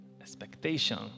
Expectation